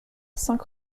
cinq